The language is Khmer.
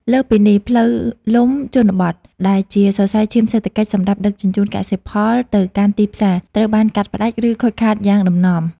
លើសពីនេះ ផ្លូវលំជនបទដែលជាសរសៃឈាមសេដ្ឋកិច្ចសម្រាប់ដឹកជញ្ជូនកសិផលទៅកាន់ទីផ្សារ ត្រូវបានកាត់ផ្ដាច់ ឬខូចខាតយ៉ាងដំណំ។